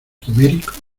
quimérico